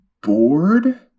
bored